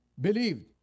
Believed